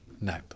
No